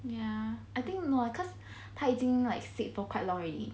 ya I think no lah cause 他已经 like sick for quite long already